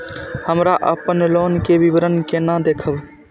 हमरा अपन लोन के विवरण केना देखब?